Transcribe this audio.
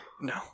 No